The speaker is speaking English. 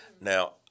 Now